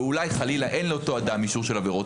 ואולי חלילה אין לאותו אדם אישור של עבירות